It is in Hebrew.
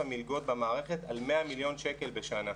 המלגות במערכת על 100 מיליון שקל בשנה.